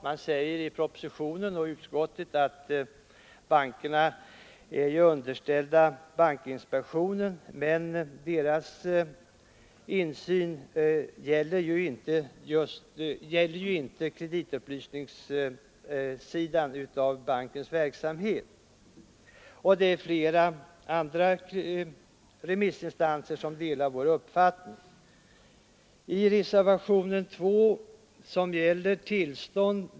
Han säger att bankerna är underställda bankinspektionen men att dess insyn inte gäller kreditupplysningssidan av bankens verksamhet. Flera andra remissinstanser delar vår uppfattning. Reservationen 2.